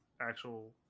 actual